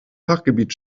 fachgebiet